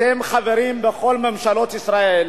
אתם חברים בכל ממשלות ישראל,